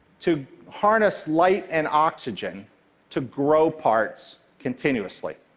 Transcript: to harness light and oxygen to grow parts continuously.